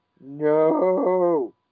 No